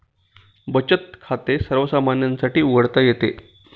बचत खाते सर्वसामान्यांसाठी उघडता येते